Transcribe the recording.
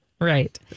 Right